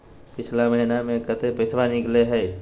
पिछला महिना मे कते पैसबा निकले हैं?